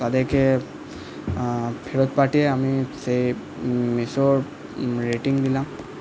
তাদেরকে ফেরত পাঠিয়ে আমি সেই রেটিং দিলাম